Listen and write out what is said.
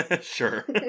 Sure